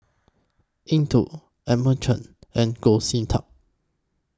Eng Tow Edmund Chen and Goh Sin Tub